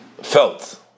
felt